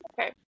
Okay